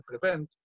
prevent